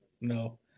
No